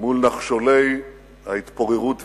מול נחשולי ההתפוררות והייאוש.